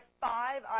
five